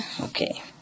Okay